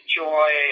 joy